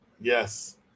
Yes